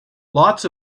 lots